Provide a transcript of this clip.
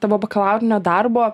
tavo bakalaurinio darbo